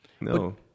no